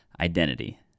identity